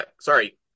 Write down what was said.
sorry